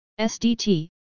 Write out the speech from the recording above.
SDT